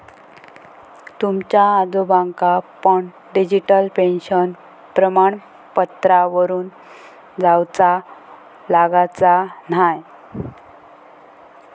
तुमच्या आजोबांका पण डिजिटल पेन्शन प्रमाणपत्रावरून जाउचा लागाचा न्हाय